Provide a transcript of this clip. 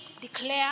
declare